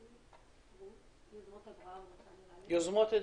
בעמותת יוזמות אברהם.